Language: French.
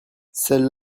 celle